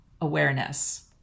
awareness